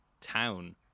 town